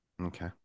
Okay